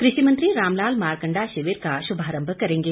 कृषि मंत्री रामलाल मारकंडा शिविर का शुभारंभ करेंगे